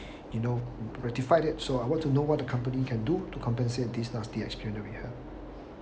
you know rectified it so I want to know what the company can do to compensate these nasty experience that we have